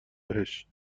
بهش